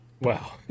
Wow